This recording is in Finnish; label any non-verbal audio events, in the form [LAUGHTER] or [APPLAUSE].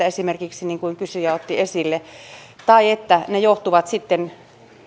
[UNINTELLIGIBLE] esimerkiksi luottomerkintä niin kuin kysyjä otti esille tai että ne johtuvat sitten